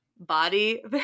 body